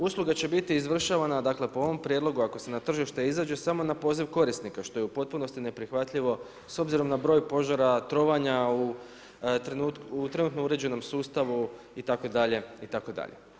Usluga će biti izvršavana po ovom prijedlogu ako se na tržište izađe, samo na poziv korisnika što je u potpunosti neprihvatljivo s obzirom na broj požara, trovanja u trenutnom uređenom sustavu, itd., itd.